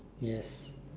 yes